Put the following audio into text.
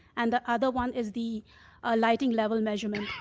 and the other one is the lighting level measurement.